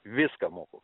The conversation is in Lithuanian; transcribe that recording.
viską moku